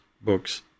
books